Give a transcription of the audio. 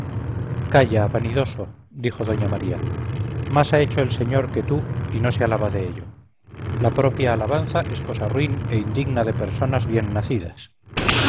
nosotros calla vanidoso dijo doña maría más ha hecho el señor que tú y no se alaba de ello la propia alabanza es cosa ruin e indigna de personas bien nacidas